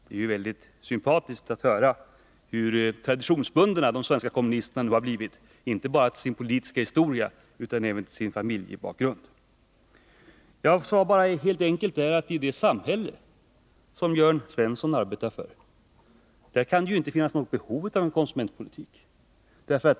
Det är mycket frapperande att höra hur traditionsbundna de svenska kommunisterna nu har blivit, inte bara vad gäller sin politiska historia utan även vad gäller familjebakgrunden. Jag sade helt enkelt, att i det samhälle som Jörn Svensson arbetar för skulle det inte finnas någon konsumentpolitik.